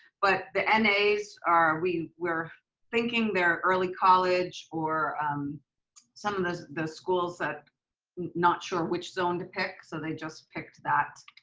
but the n as we were thinking they're early college or some of the the schools that not sure which zone to pick. so they just picked that.